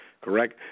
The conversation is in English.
correct